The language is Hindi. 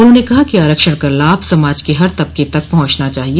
उन्होंने कहा कि आरक्षण का लाभ समाज के हर तबके तक पहुंचना चाहिए